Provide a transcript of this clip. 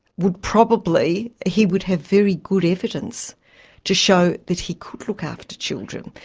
would probably, he would have very good evidence to show that he could look after children.